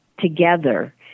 together